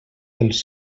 dels